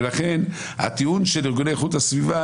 ולכן הטיעונים של ארגוני איכות הסביבה